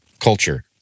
culture